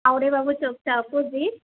आवडेबाबू चौकच्या आपोजीट